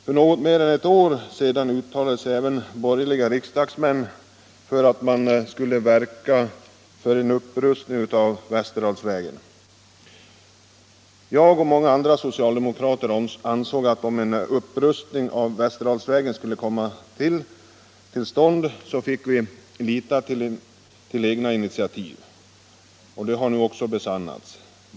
För något mer än ett år sedan uttalade sig även borgerliga riksdagsmän för att man skulle verka för en upprustning av Västerdalsvägen. Jag och många andra socialdemokrater ansåg att om en upprustning av Västerdalsvägen skulle komma till stånd, fick vi lita till egna initiativ — och det har nu också besannats.